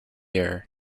air